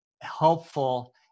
helpful